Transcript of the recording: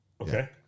Okay